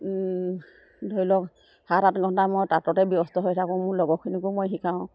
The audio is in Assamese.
ধৰি লওক সাত আঠ ঘণ্টা মই তাঁততে ব্যস্ত হৈ থাকোঁ মোৰ লগৰখিনিকো মই শিকাওঁ